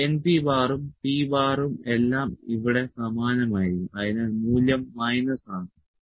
ഈ np ഉം P ഉം എല്ലാം ഇവിടെ സമാനമായിരിക്കും അതിനാൽ മൂല്യം മൈനസ് ആണ്